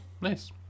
nice